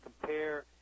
compare